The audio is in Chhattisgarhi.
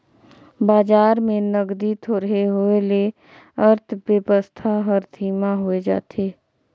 बजार में नगदी थोरहें होए ले अर्थबेवस्था हर धीमा होए जाथे